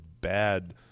bad